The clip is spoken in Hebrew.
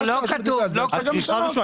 לא כתוב.